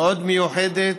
מאוד מיוחדת,